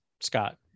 scott